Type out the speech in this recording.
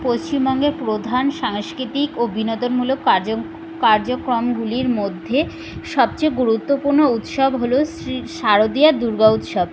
পশ্চিমবঙ্গের প্রধান সাংস্কৃতিক ও বিনোদনমূলক কার্যক্রমগুলির মধ্যে সবচেয়ে গুরুত্বপূর্ণ উৎসব হল শ্রী শারদীয়া দুর্গা উৎসব